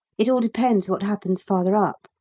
it all depends what happens farther up,